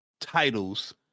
titles